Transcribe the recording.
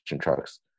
trucks